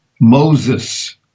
Moses